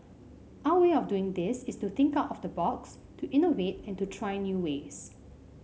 our way of doing this is to think out of the box to innovate and to try new ways